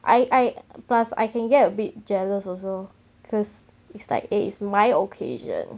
I I plus I can get a bit jealous also cause it's like eh it's my occasion